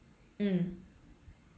mm